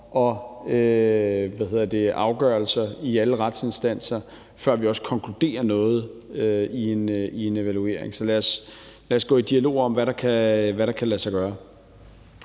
og afgørelser i alle retsinstanser, før vi også konkluderer noget i en evaluering. Så lad os gå i dialog om, hvad der kan lade sig gøre.